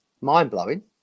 mind-blowing